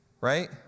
Right